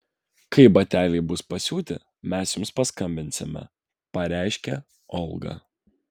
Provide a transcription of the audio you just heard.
kai bateliai bus pasiūti mes jums paskambinsime pareiškė olga